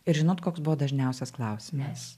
ir žinot koks buvo dažniausias klausimas